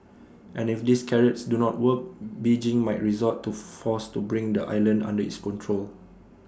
and if these carrots do not work Beijing might resort to force to bring the island under its control